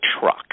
truck